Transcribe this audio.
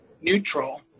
neutral